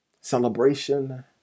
Celebration